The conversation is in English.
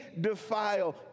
defile